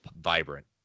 vibrant